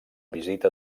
visita